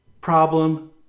problem